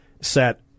set